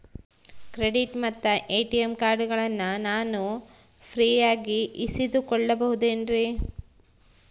Credit ಮತ್ತ ATM ಕಾರ್ಡಗಳನ್ನ ನಾನು ಫ್ರೇಯಾಗಿ ಇಸಿದುಕೊಳ್ಳಬಹುದೇನ್ರಿ?